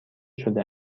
شده